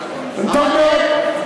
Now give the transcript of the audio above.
טוב מאוד.